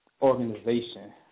organization